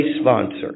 sponsor